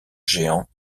géants